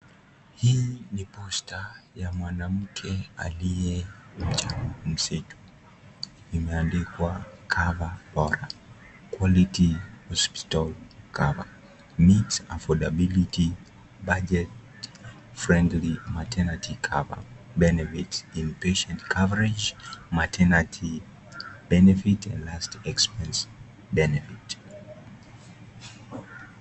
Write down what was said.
Hii ni posta ya mwanamke aliye mjamzito imeandikwa CoverBora quality hospital cover meets affordabiliity budget friendly maternity cover, Benefits in patient coverage , maternity benefit and last expense benefit.